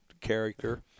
character